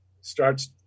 starts